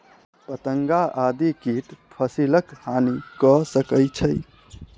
पतंगा आदि कीट फसिलक हानि कय सकै छै